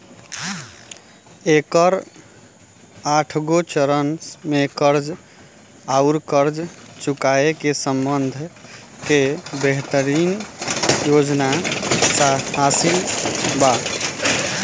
एकर आठगो चरन में कर्ज आउर कर्ज चुकाए के प्रबंधन के बेहतरीन योजना सामिल ह